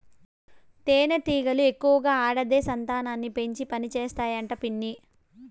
తేనెటీగలు ఎక్కువగా ఆడదే సంతానాన్ని పెంచి పనిచేస్తాయి అంట పిన్ని